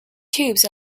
tubes